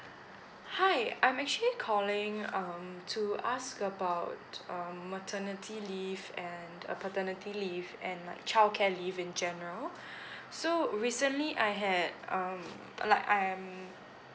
hi I'm actually calling um to ask about um maternity leave and uh paternity leave and like childcare leave in general so recently I had um like I'm